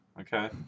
okay